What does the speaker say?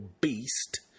beast